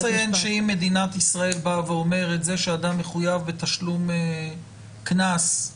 אני חייב לציין שאם מדינת ישראל אומרת שזה שאדם מחויב בתשלום קנס זה